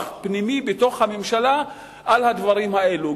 פנימי בתוך הממשלה על הדברים האלו.